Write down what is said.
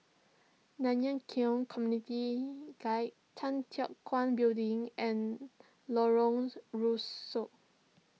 Nanyang Khek Community Guild Tan Teck Guan Building and Lorong Rusuk